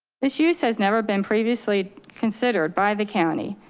this use has never been previously considered by the county.